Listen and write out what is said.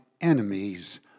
enemies